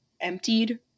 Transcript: emptied